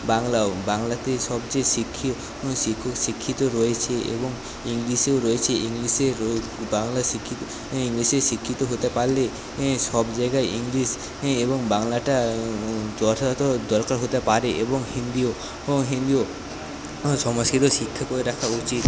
বাংলাও বাংলাতেই সবচেয়ে শিক্ষক শিক্ষিত রয়েছে এবং ইংলিশেও রয়েছে ইংলিশে বাংলা শিক্ষিত ইংলিশে শিক্ষিত হতে পারলে সব জায়গায় ইংলিশ এবং বাংলাটা যথাযথ দরকার হতে পারে এবং হিন্দিও হিন্দিও করে রাখা উচিৎ